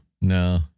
No